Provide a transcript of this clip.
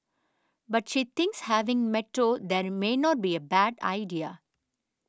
but she thinks having Metro there may not be a bad idea